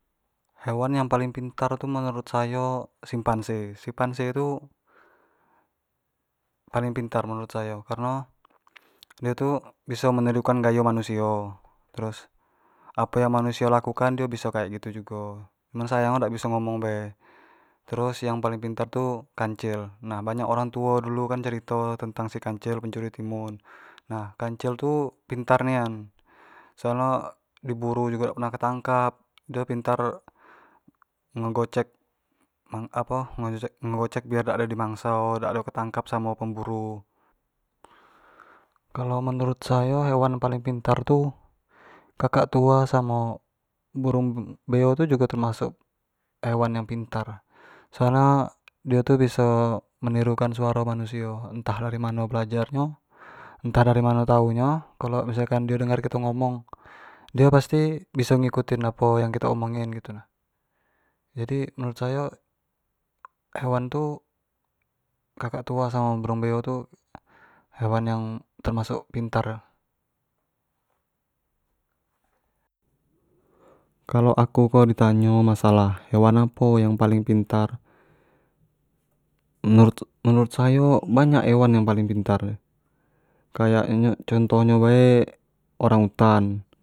Hewan yang paling pintar tu menurut sayo simpanse, simpanse tu paling pintar menurut sayo, kareno dio tu biso menirukan gayo manusio, terus apo yang manusio lakukan dio bisa kek gitu jugo, cuma saying nyo dio dak biso ngomong bae, terus yang paling pintar tu kancil, nah banyak orang tuo dulu kan cerito tentang si kancil pencuri timun, kancil tu pintar nian, soalanyo di buru jugo dak pernah ketangkap, dio pintar ngegocek, ngegocek jugo biar dak ado di mangso, biar dak ado ketangkap samo pemburu, kalua menurut sayo hewan yang paling pintar tu kakaktua samo burung beo tu jugo termasuk hewan yang pintar, soal nyo dio tu biso menirukan suaro manusio, entah dari mano belajar nyo, entah dari mano tau nyo, kalo misalkan dio dengarkan kito ngomong, dio pasti biso ngikutin apo yang kito omongin gitu nah, jadi menurut sayo hewan tu, kakak tua samo burung beo tu hewan yang termasuk pintar, kalau aku kalau di tanyo masalah hewan apo yang paling pintar, menurut-menurut sayo banyak hewan yang paling pintar, kayak nyo contoh bae orang utan.